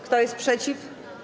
Kto jest przeciw?